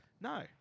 No